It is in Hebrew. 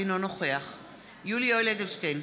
אינו נוכח יולי יואל אדלשטיין,